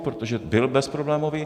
Protože byl bezproblémový.